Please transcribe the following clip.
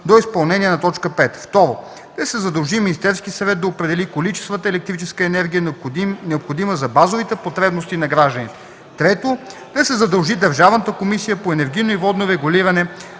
до изпълнение на т. 5. Второ, да се задължи Министерският съвет да определи количествата електрическа енергия, необходима за базовите потребности на гражданите. Трето, да се задължи Държавната комисия за енергийно и водно регулиране